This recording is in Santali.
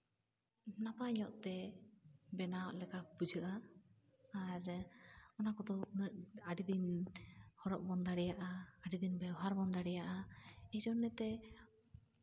ᱱᱟᱯᱟᱭ ᱧᱚᱜ ᱛᱮ ᱵᱮᱱᱟᱣᱟᱜ ᱞᱮᱠᱟ ᱵᱩᱡᱷᱟᱹᱜᱼᱟ ᱟᱨ ᱚᱱᱟ ᱠᱚᱫᱚ ᱩᱱᱟᱹᱜ ᱟᱹᱰᱤ ᱫᱤᱱ ᱦᱚᱨᱚᱜ ᱵᱚᱱ ᱫᱟᱲᱮᱭᱟᱜᱼᱟ ᱟᱹᱰᱤᱫᱤᱱ ᱵᱮᱵᱚᱦᱟᱨ ᱵᱚᱱ ᱫᱟᱲᱮᱭᱟᱜᱼᱟ ᱮᱭ ᱡᱚᱱᱱᱮ ᱛᱮ